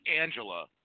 Angela